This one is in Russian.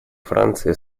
франции